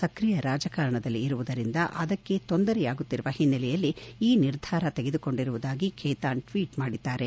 ಸ್ಕ್ರಿಯ ರಾಜಕಾರಣದಲ್ಲಿ ಇರುವುದರಿಂದ ಅದಕ್ಕೆ ತೊಂದರೆಯಾಗುತ್ತಿರುವ ಹಿನ್ನೆಲೆಯಲ್ಲಿ ಈ ನಿರ್ಧಾರ ತೆಗೆದುಕೊಂಡಿರುವುದಾಗಿ ಖೇತಾನ್ ಟ್ವೀಟ್ ಮಾಡಿದ್ದಾರೆ